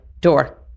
door